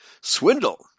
swindle